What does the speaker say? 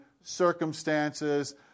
circumstances